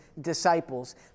disciples